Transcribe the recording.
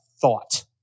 thought